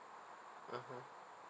mmhmm